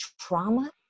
trauma